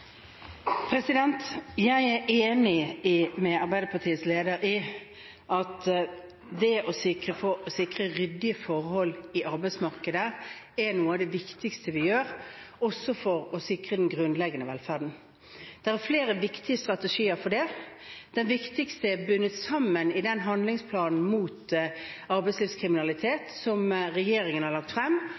Jeg er enig med Arbeiderpartiets leder i at det å sikre ryddige forhold i arbeidsmarkedet er noe av det viktigste vi gjør – også for å sikre den grunnleggende velferden. Det er flere viktige strategier for det. Den viktigste finner vi i den handlingsplanen mot arbeidslivskriminalitet som regjeringen har lagt frem,